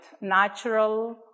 natural